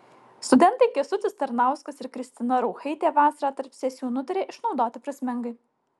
studentai kęstutis tarnauskas ir kristina rauchaitė vasarą tarp sesijų nutarė išnaudoti prasmingai